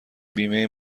بیمه